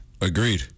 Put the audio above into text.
Agreed